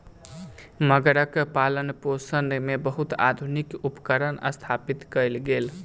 मगरक पालनपोषण मे बहुत आधुनिक उपकरण स्थापित कयल गेल